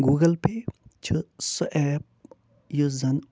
Google pay چھِ سُہ app یُس زَنہٕ